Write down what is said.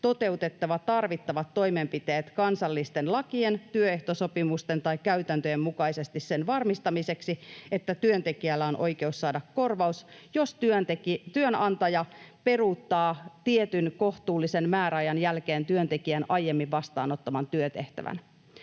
toteutettava tarvittavat toimenpiteet kansallisten lakien, työehtosopimusten tai käytäntöjen mukaisesti sen varmistamiseksi, että työntekijällä on oikeus saada korvaus, jos työnantaja peruuttaa tietyn kohtuullisen määräajan jälkeen työntekijän aiemmin vastaanottaman työtehtävän.